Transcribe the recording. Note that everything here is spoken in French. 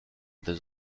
des